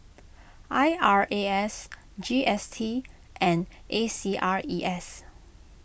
I R A S G S T and A C R E S